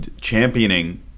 championing